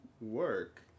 work